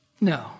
No